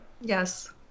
Yes